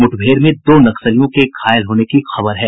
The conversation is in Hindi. मुठभेड़ में दो नक्सलियों के घायल होने की खबर है